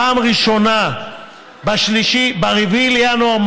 פעם ראשונה שב-4 בינואר,